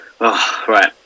Right